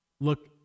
look